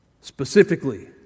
Specifically